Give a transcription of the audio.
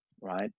right